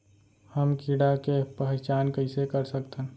हम कीड़ा के पहिचान कईसे कर सकथन